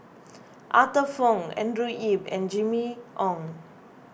Arthur Fong Andrew Yip and Jimmy Ong